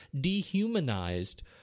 dehumanized